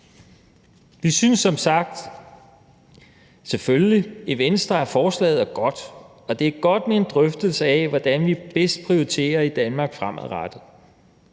Vi synes som sagt, selvfølgelig, i Venstre, at forslaget er godt. Det er godt med en drøftelse af, hvordan vi bedst prioriterer i Danmark fremadrettet.